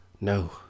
No